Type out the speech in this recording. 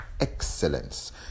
excellence